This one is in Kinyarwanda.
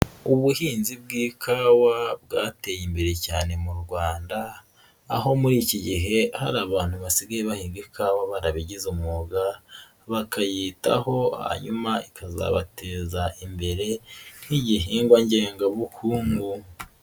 Ubuhinzi bw'ikawa bwateye imbere cyane mu Rwanda aho muri iki gihe hari abantu basigaye bahinga ikawa barabigize umwuga, bakayitaho hanyuma ikazabateza imbere nk'igihingwa ngengabukungu.